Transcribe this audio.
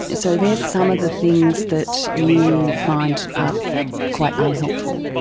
and so they're some of the things that you find are quite unhelpful.